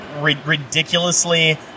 ridiculously